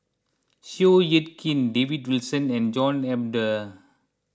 Seow Yit Kin David Wilson and John Eber